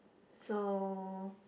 so